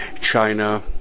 China